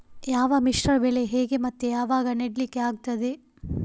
ಯಾವ ಮಿಶ್ರ ಬೆಳೆ ಹೇಗೆ ಮತ್ತೆ ಯಾವಾಗ ನೆಡ್ಲಿಕ್ಕೆ ಆಗ್ತದೆ?